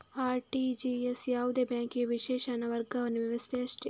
RTGS ಯಾವುದೇ ಬ್ಯಾಂಕಿಗೆ ವಿಶೇಷ ಹಣ ವರ್ಗಾವಣೆ ವ್ಯವಸ್ಥೆ ಅಷ್ಟೇ